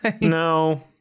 No